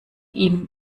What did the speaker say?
ihm